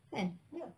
eh